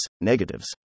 negatives